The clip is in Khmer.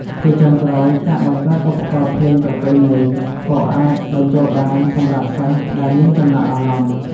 ជាចុងក្រោយ ការបង្កើតឧបករណ៍ភ្លេងប្រពៃណី ក៏អាចបញ្ចូលបាន សម្រាប់សិស្សដែលមានចំណាប់អារម្មណ៍។